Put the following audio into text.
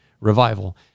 revival